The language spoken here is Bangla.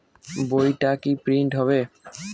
বইটা কি প্রিন্ট হবে?